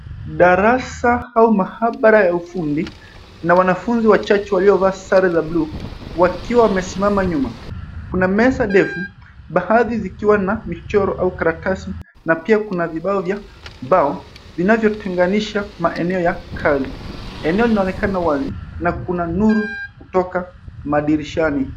Darasa au maabara ya ufundi, na wanafunzi wachache waliovaa sare za bluu, wakiwa wamesimama nyuma. Kuna meza ndefu, baadhi zikiwa na michoro au karatasi na pia kuna vibao vya mbao vinavyotenganisha maeneo ya kazi. Eneo linaonekana wazi na kuna nuru kutoka madirishani.